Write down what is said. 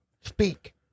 speak